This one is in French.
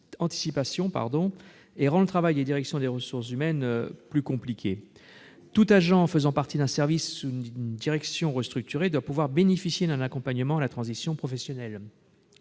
et rend le travail des directions des ressources humaines plus compliqué. Tout agent faisant partie d'un service ou d'une direction restructuré doit pouvoir bénéficier d'un accompagnement à la transition professionnelle.